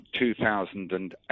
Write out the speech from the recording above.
2008